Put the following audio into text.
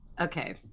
okay